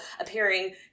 appearing